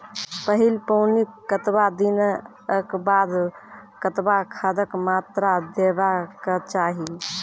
पहिल पानिक कतबा दिनऽक बाद कतबा खादक मात्रा देबाक चाही?